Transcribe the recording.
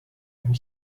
and